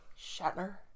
Shatner